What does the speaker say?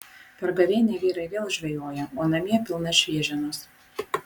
per gavėnią vyrai vėl žvejoja o namie pilna šviežienos